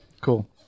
Cool